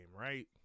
right